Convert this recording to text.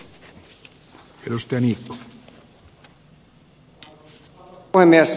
arvoisa puhemies